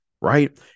right